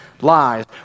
lies